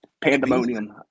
pandemonium